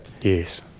Yes